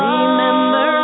Remember